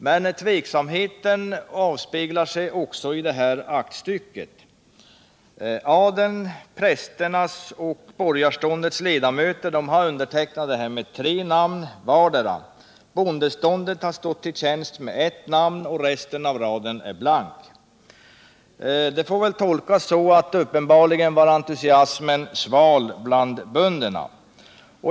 Men tveksamheten avspeglas också i detta aktstycke. Adelns, prästernas och borgarståndets ledamöter har undertecknat det med tre namn vardera. Bondeståndet har stått till tjänst med ett namn, resten av raden är blank. Det får väl tolkas så att entusiasmen var sval bland bönderna.